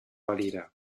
valira